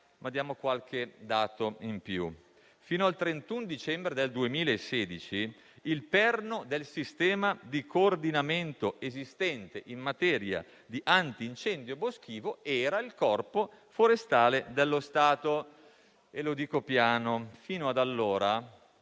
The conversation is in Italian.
Citiamo qualche dato ulteriore: fino al 31 dicembre 2016, il perno del sistema di coordinamento esistente in materia di antincendio boschivo era il Corpo forestale dello Stato. Lo dico piano: fino ad allora,